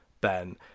Ben